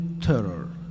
terror